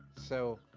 so,